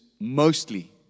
mostly